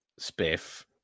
spiff